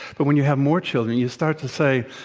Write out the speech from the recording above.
but when you have more children, you start to say,